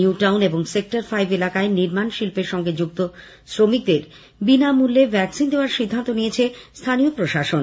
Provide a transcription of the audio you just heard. new town এবং sector five এলাকায় নির্মাণশিল্পের সঙ্গে যুক্ত শ্রমিকদের বিনামূল্যে ভ্যাকসিন দেওয়ার সিদ্ধান্ত নিয়েছে স্থানীয় প্রশাসন